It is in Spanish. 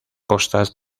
costas